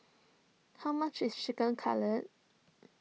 how much is Chicken Cutlet